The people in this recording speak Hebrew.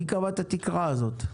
מי קבע את התקרה הזאת?